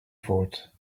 thought